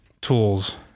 tools